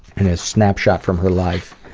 and a snapshot from her life,